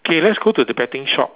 K let's go to the betting shop